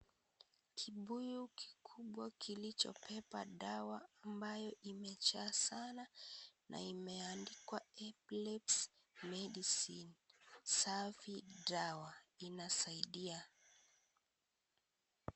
Kibuyu kikubwa kilichobeba dawa ambayo imejazana na imeandikwa epilepsy medicine, safi dawa inasaidia.